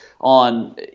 on –